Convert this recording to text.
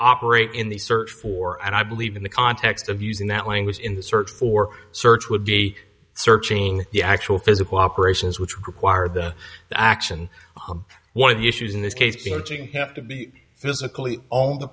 operate in the search for and i believe in the context of using that language in the search for search would be searching the actual physical operations which require the action one of the issues in this case have to be physically